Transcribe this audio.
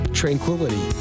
tranquility